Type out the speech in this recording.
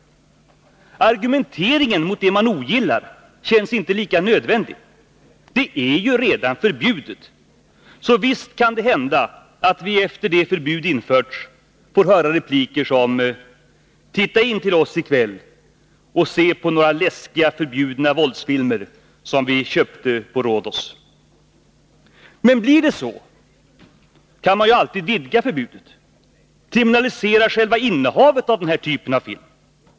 Argumenteringen mot det man ogillar känns inte lika nödvändig. Det är ju redan förbjudet. Så visst kan det hända att vi, efter det förbud införts, får höra repliker som ”Titta in till oss i kväll och se på några läskiga förbjudna våldsfilmer, som vi köpte på Rhodos!” Men blir det så, kan man ju alltid vidga förbudet — kriminalisera själva innehavet av den här typen av film.